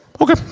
Okay